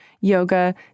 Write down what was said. yoga